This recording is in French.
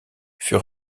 fut